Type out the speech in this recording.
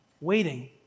waiting